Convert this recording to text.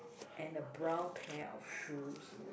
and a brown pair of shoes